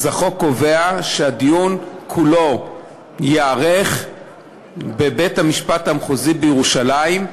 החוק קובע שהדיון כולו ייערך בבית-המשפט המחוזי בירושלים,